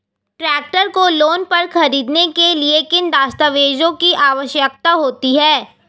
Tractor को loan पर खरीदने के लिए किन दस्तावेज़ों की आवश्यकता होती है?